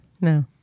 No